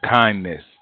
kindness